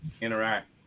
interact